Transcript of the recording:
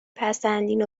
پسندین